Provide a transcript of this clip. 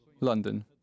London